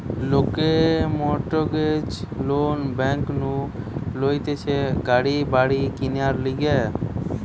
লোকে mortgage loan bank নু লইতেছে গাড়ি বাড়ি কিনার লিগে